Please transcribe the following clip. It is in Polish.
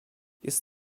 jest